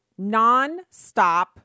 nonstop